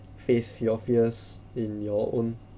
face your fears in your own